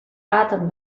bat